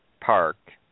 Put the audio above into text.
Park